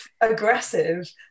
aggressive